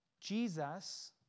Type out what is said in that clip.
Jesus